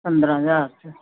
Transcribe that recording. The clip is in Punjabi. ਪੰਦਰਾਂ ਹਜ਼ਾਰ ਚ